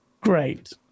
Great